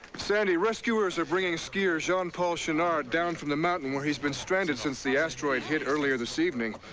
sandy, rescuers are bringing skier jean-paul chounard down from the mountain where he's been stranded since the asteroid hit earlier this evening.